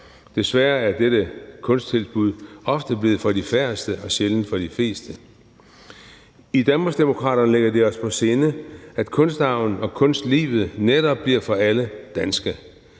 Desværre er dette kunsttilbud ofte blevet for de færreste og sjældent for de fleste. I Danmarksdemokraterne ligger det os på sinde, at kunstarven og kulturlivet netop bliver for alle danske.